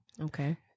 Okay